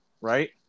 right